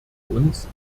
uns